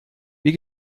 wie